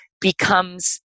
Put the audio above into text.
becomes